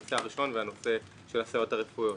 הנושא הראשון והנושא של הסייעות הרפואיות.